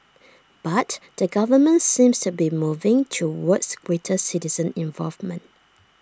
but the government seems to be moving towards greater citizen involvement